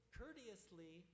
courteously